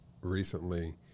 recently